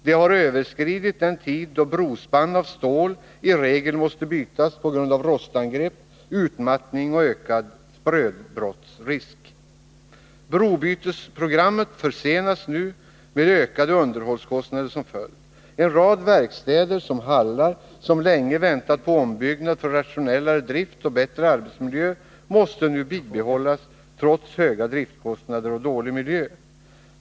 De har överskridit den tid då brospann av stål i regel måste bytas på grund av rostangrepp, utmattning och ökad sprödbrottsrisk. Brobytesprogrammet försenas nu, med ökade underhållskostnader som följd. En rad verkstäder och hallar som länge väntat på ombyggnad för rationellare drift och bättre arbetsmiljö måste nu bibehållas trots höga driftkostnader och dålig miljö.